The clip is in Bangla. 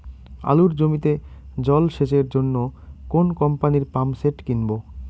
আলুর জমিতে জল সেচের জন্য কোন কোম্পানির পাম্পসেট কিনব?